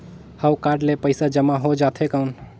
हव कारड ले पइसा जमा हो जाथे कौन?